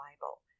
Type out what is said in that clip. Bible